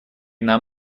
нам